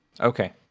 Okay